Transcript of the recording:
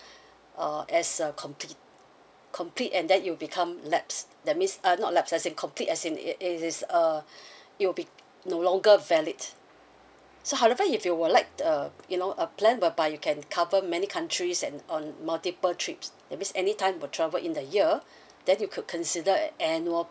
uh as a complete complete and then it'll become laps that means uh not laps as in complete as in uh it is a it'll be no longer valid so however if you would like to uh you know a plan whereby you can cover many countries and on multiple trips that means any time will travel in the year then you could consider an annual